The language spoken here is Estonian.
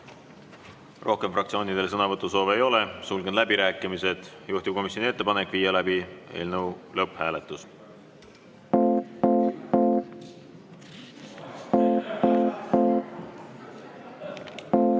Rohkem fraktsioonidel sõnavõtusoove ei ole, sulgen läbirääkimised. Juhtivkomisjoni ettepanek on viia läbi eelnõu lõpphääletus.